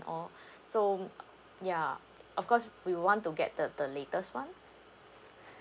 all so ya of course we will want to get the the latest [one]